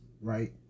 right